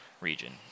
region